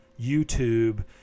youtube